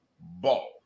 ball